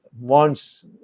wants